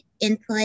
input